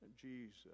Jesus